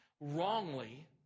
wrongly